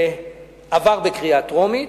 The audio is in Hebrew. שעברה בקריאה טרומית,